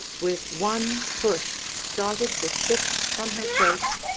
with one push started the ship from her place,